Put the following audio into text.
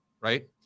right